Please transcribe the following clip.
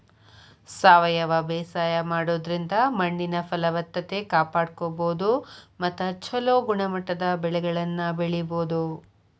ಸಾವಯವ ಬೇಸಾಯ ಮಾಡೋದ್ರಿಂದ ಮಣ್ಣಿನ ಫಲವತ್ತತೆ ಕಾಪಾಡ್ಕೋಬೋದು ಮತ್ತ ಚೊಲೋ ಗುಣಮಟ್ಟದ ಬೆಳೆಗಳನ್ನ ಬೆಳಿಬೊದು